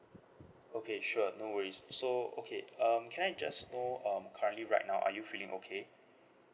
okay sure no worries so okay um can I just know um currently right now are you feeling okay